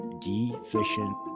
deficient